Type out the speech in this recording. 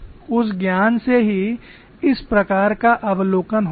उस ज्ञान से ही इस प्रकार का अवलोकन होता है